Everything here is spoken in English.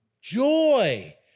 Joy